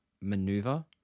maneuver